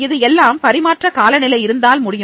இது எல்லாம் பரிமாற்றக் காலநிலை இருந்தால் முடியும்